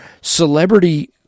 celebrity